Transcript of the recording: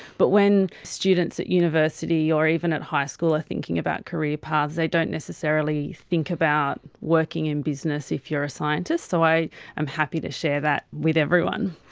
but when students at university or even at high school are thinking about career paths, they don't necessarily think about working in business if you're a scientist. so i am happy to share that with everyone.